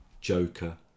Joker